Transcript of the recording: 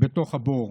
בתוך הבור.